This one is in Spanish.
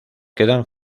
quedan